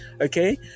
okay